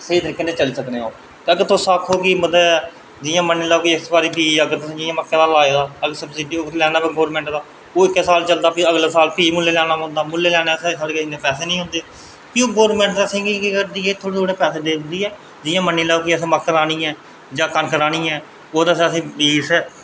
स्हेई तरीके कन्नै चली सकने ओ अगर तुस आक्खो कि मतलब जियां मन्नी लैाओ कि तुसें मक्कें दा बीऽ लाए दा सब्सिडी पर लैना गौरमेंट दा ओह् इक्कै साल चलदा अगले साल भी मुल्लें लैना पौंदा मुल्लें लैने आस्तै साढ़े कश इन्ने पैसे निं होंदे ते भी गौरमेंट असेंगी केह् करदी ऐ थोह्ड़े थोह्ड़े पैसे दिंदी ऐ जियां मन्नी लैओ की असें मक्क राह्नी ऐ जां कनक राह्नी ऐ ओह्दे आस्तै बीऽ असेंगी